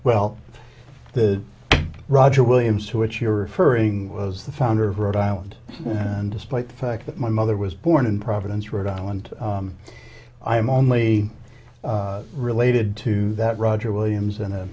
well the roger williams who which you're referring was the founder of rhode island and despite the fact that my mother was born in providence rhode island i am only related to that roger williams and i